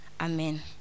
Amen